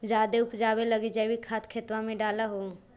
जायदे उपजाबे लगी जैवीक खाद खेतबा मे डाल हो?